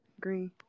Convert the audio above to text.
Green